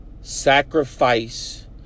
sacrifice